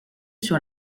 sur